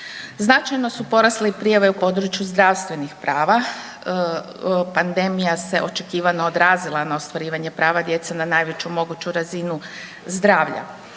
Značajno su porasle i prijave u području zdravstvenih prava, pandemija se očekivano odrazila na ostvarivanje prava djece na najveću moguću razinu zdravlja.